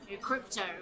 crypto